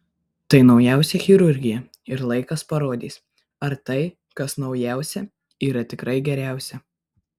tai naujausia chirurgija ir laikas parodys ar tai kas naujausia yra tikrai geriausia